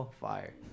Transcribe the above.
fire